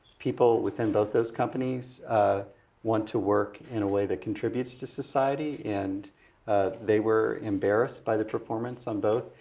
people within both those companies want to work in a way that contributes to society, and they were embarrassed by the performance on both.